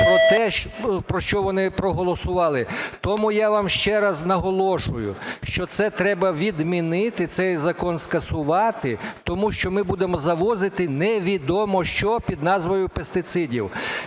про те, про що вони проголосували. Тому я вам ще раз наголошую, що це треба відмінити, цей закон скасувати, тому що ми будемо завозити невідомо що під назвою пестицидів.